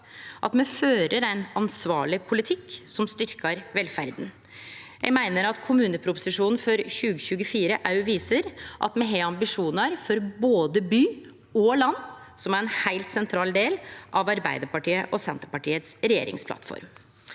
at me fører ein ansvarleg politikk som styrkjer velferda. Eg meiner at kommuneproposisjonen for 2024 òg viser at me har ambisjonar for både by og land, som er ein heilt sentral del av Arbeidarpartiet og Senterpartiets regjeringsplattform.